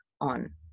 on